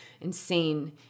insane